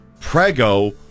Prego